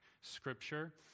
scripture